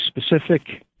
specific